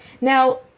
now